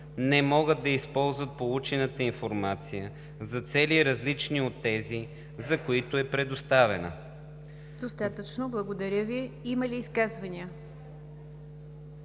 не могат да използват получената информация за цели, различни от тези, за които е предоставена.“ ПРЕДСЕДАТЕЛ НИГЯР ДЖАФЕР: Има ли изказвания?